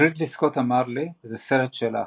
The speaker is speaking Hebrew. "רידלי סקוט אמר לי זה הסרט שלך.